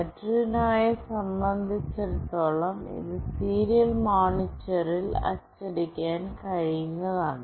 Arduino നെ സംബന്ധിച്ചിടത്തോളം ഇത് സീരിയൽ മോണിറ്ററിൽ അച്ചടിക്കാൻ കഴിയുന്നതാണ്